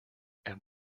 and